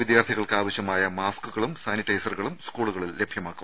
വിദ്യാർഥികൾക്ക് ആവശ്യമായ മാസ്കുകളും സാനിറ്റൈസറുകളും സ്കൂളുകളിൽ ലഭ്യമാണ്